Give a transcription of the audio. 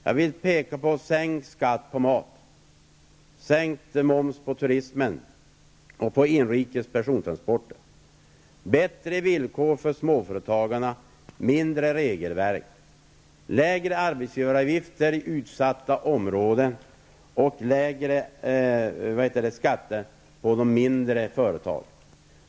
Jag vill peka på sänkt skatt på mat, sänkt moms på turismen och på inrikes persontransporter, bättre villkor för småföretagare, mindre regelverk, lägre arbetsgivaravgifter i utsatta områden och lägre skatter på de mindre företagen.